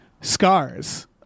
scars